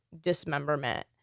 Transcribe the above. dismemberment